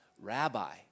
rabbi